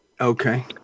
okay